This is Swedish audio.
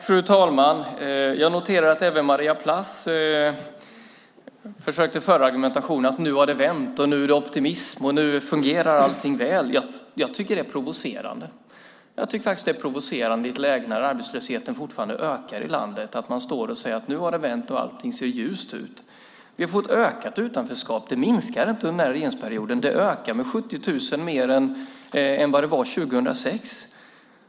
Fru talman! Jag noterar att även Maria Plass försökte föra argumentationen: Nu har det vänt, nu är det optimism. Nu fungerar allting väl. Jag tycker att det är provocerande att stå och säga att allting har vänt och att det ser ljust ut i ett läge där arbetslösheten faktiskt ökar i landet. Vi har fått ett ökat utanförskap. Det minskar inte under denna regeringsperiod, utan det ökar med 70 000 mer än det var 2006.